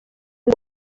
ngo